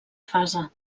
fase